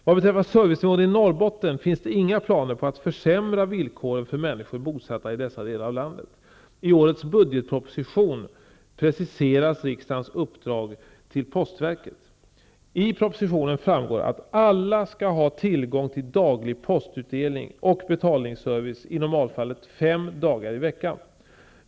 Vad beträffar servicenivån i Norrbotten finns det inga planer på att försämra villkoren för människor bosatta i dessa delar av landet. I årets budgetproposition preciseras riksdagens uppdrag till postverket. I propositionen framgår att alla skall ha tillgång till daglig postutdelning och betalningsservice i normalfallet fem dagar i veckan.